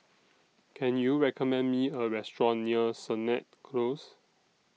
Can YOU recommend Me A Restaurant near Sennett Close